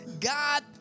God